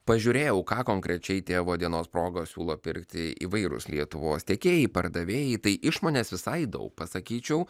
pažiūrėjau ką konkrečiai tėvo dienos proga siūlo pirkti įvairūs lietuvos tiekėjai pardavėjai tai išmonės visai daug pasakyčiau